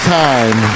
time